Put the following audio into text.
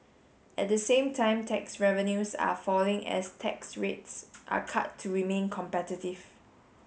at the same time tax revenues are falling as tax rates are cut to remain competitive